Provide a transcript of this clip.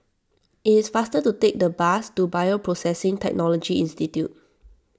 it is faster to take the bus to Bioprocessing Technology Institute